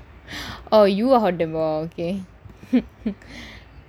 oh you are hot tempered okay